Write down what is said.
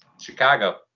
Chicago